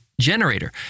generator